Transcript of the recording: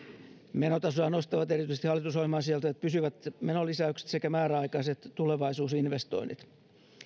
menotasoa nostavat erityisesti hallitusohjelmaan sisältyvät pysyvät menolisäykset sekä määräaikaiset tulevaisuusinvestoinnit